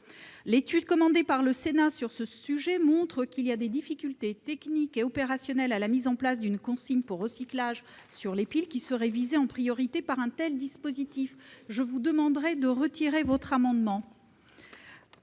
L'étude commandée par le Sénat sur ce sujet montre les difficultés techniques et opérationnelles que soulèverait la mise en place d'une consigne pour recyclage sur les piles, qui seraient visées en priorité par un tel dispositif. Je vous demande donc de le retirer,